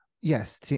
yes